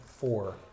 Four